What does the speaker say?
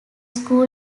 school